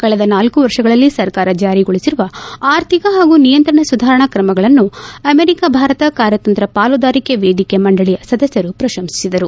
ಕಳೆದ ನಾಲ್ಲು ವರ್ಷಗಳಲ್ಲಿ ಸರ್ಕಾರ ಜಾರಿಗೊಳಿಸಿರುವ ಅರ್ಥಿಕ ಹಾಗೂ ನಿಯಂತ್ರಣ ಸುಧಾರಣಾ ಕ್ರಮಗಳನ್ನು ಅಮೆರಿಕಾ ಭಾರತ ಕಾರ್ಯತಂತ್ರ ಪಾಲುದಾರಿಕೆ ವೇದಿಕೆ ಮಂಡಳಿಯ ಸದಸ್ನರು ಪ್ರಶಂಸಿಸಿದರು